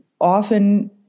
often